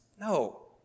No